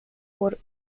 por